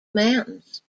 mountains